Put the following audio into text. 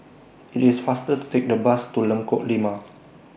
IT IS faster to Take The Bus to Lengkok Lima